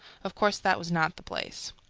of course that was not the place.